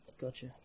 Gotcha